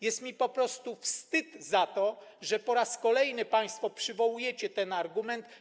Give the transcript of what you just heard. Jest mi po prostu wstyd za to, że po raz kolejny państwo przywołujecie ten argument.